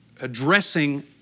addressing